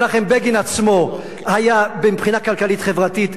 מנחם בגין עצמו היה מבחינה כלכלית-חברתית,